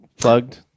plugged